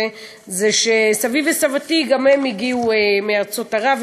הוא שסבי וסבתי גם הם הגיעו מארצות ערב.